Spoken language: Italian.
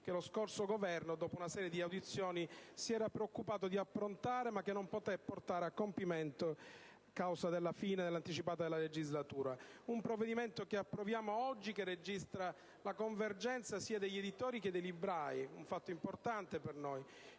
che lo scorso Governo, dopo una serie di audizioni, si era preoccupato di approntare, ma che non poté portare a compimento a causa della fine anticipata della legislatura. Il provvedimento che approviamo oggi registra la convergenza sia degli editori che dei librai - un fatto importante per noi